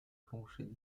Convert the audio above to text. plancher